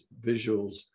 visuals